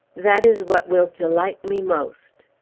that is what will delight me most.